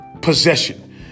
possession